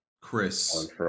Chris